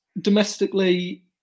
domestically